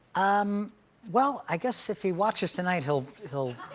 um well, i guess if he watches tonight, he'll he'll